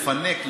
"לפנק,